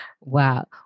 Wow